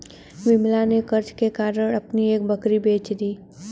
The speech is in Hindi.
विमला ने कर्ज के कारण अपनी एक बकरी बेच दी